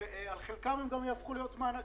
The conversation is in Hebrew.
שחלקן גם יהפכו להיות מענקים,